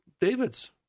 David's